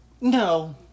No